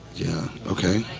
yeah, okay,